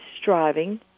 striving